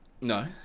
No